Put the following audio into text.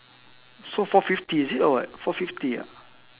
so four fifty is it or what four fifty ah